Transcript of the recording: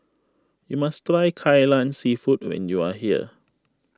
you must try Ka Lan Seafood when you are here